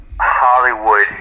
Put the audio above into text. Hollywood